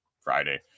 Friday